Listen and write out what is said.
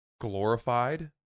Glorified